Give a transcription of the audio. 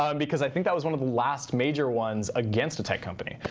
um because i think that was one of the last major ones against a tech company.